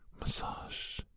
massage